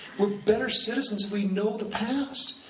we're better citizens if we know the past.